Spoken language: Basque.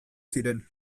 ziren